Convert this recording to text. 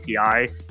API